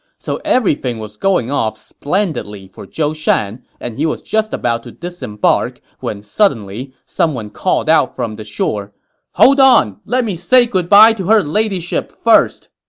so everything was going off splendidly for zhou shan, and he was just about to disembark when suddenly, someone called out from the shore hold on! let me say goodbye to her ladyship first!